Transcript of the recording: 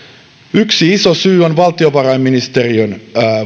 yksi iso syy on valtiovarainministeriön